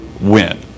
win